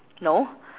no